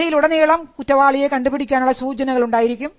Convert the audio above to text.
കഥയിലുടനീളം കുറ്റവാളിയെ കണ്ടുപിടിക്കാനുള്ള സൂചനകൾ ഉണ്ടായിരിക്കും